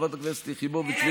חברת הכנסת יחימוביץ,